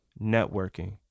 networking